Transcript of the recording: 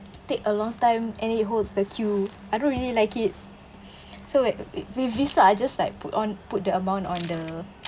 take a long time and it holds the queue I don't really like so wit~ with Visa it just like put on put the amount on the